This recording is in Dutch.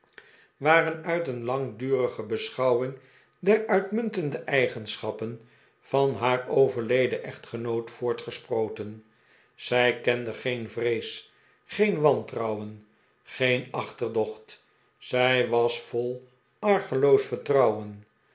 waren uit een langdurige beschouwing der uitmuntende eigenschappen van haar overleden echtgenoot voortgesproten zij kende geen vrees geen wantrouwen geen achterdochtj zij was vol argeloos vertrouwen